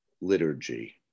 liturgy